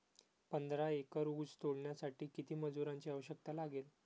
पंधरा एकर ऊस तोडण्यासाठी किती मजुरांची आवश्यकता लागेल?